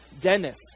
Dennis